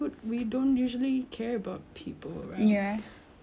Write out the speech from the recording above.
kita pergi kita bangun mandi pergi kerja balik